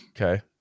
Okay